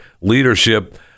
leadership